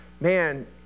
man